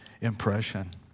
impression